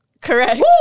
correct